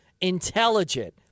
intelligent